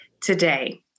today